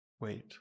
wait